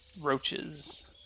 roaches